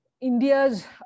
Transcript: India's